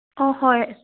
অঁ হয়